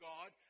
God